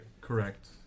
correct